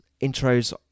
intros